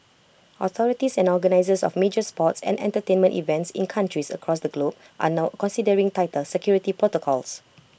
authorities and organisers of major sports and entertainment events in countries across the globe are now considering tighter security protocols